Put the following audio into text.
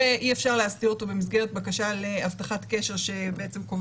ואי אפשר להסדיר אותו במסגרת בקשה להבטחת קשר שקובעת